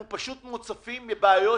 אנחנו פשוט מוצפים בבעיות